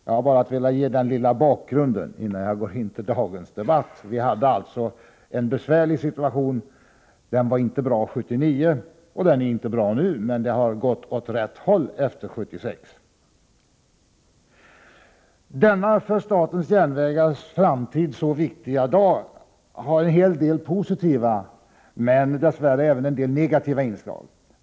Jag ville ge denna korta bakgrund innan jag går in på det ärende som vi i dag behandlar. Det rådde alltså en besvärlig situation — den var inte bra 1979 och den är inte bra nu, men det har gått åt rätt håll efter 1976. Denna för statens järnvägars framtid så viktiga dag har en hel del positiva men dess värre även en del negativa inslag.